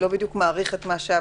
זה לא בדיוק מאריך את מה שהיה,